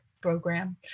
program